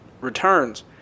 returns